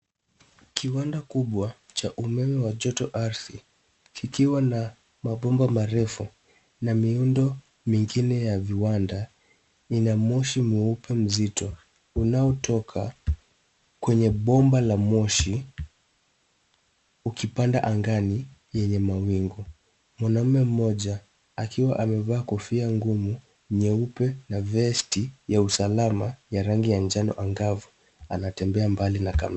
Kiwanda kikubwa cha umeme wa jotoardhi, kikiwa na mabomba marefu na miundo mengine ya viwanda, ina moshi mweupe mzito unaotoka kwenye bomba la moshi ukipanda angani yenye mawingu. Mwanaume mmoja akiwa amevaa kofia ngumu nyeupe na vesti ya usalama ya rangi ya njano ang’avu anatembea mbali na kamera.